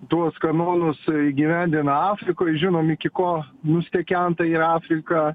tuos kanonus įgyvendina afrikoj žinom iki ko nustekenta yra afrika